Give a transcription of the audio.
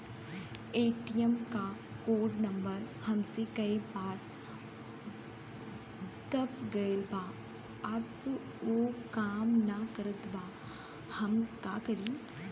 ATM क code number हमसे कई बार दब गईल बा अब उ काम ना करत बा हम का करी?